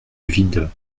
vide